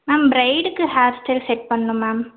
ma'am ப்ரைடுக்கு hair style set பண்ணணும் ma'am